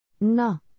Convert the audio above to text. No